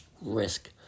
risk